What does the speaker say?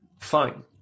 Fine